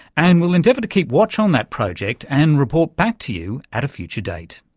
and we'll endeavour to keep watch on that project and report back to you at a future date.